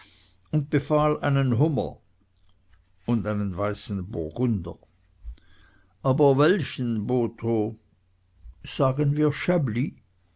und befahl einen hummer und einen weißen burgunder aber welchen botho sagen wir